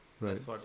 Right